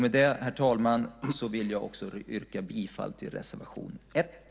Med det, herr talman, vill jag yrka bifall till reservation 1.